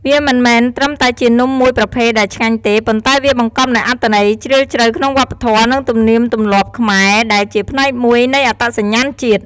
វាមិនមែនត្រឹមតែជានំមួយប្រភេទដែលឆ្ងាញ់ទេ ប៉ុន្តែវាបង្កប់នូវអត្ថន័យជ្រាលជ្រៅក្នុងវប្បធម៌ និងទំនៀមទម្លាប់ខ្មែរ ដែលជាផ្នែកមួយនៃអត្តសញ្ញាណជាតិ។